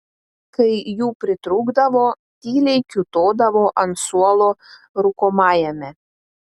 kai jų pritrūkdavo tyliai kiūtodavo ant suolo rūkomajame